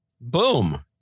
Boom